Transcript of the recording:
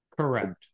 Correct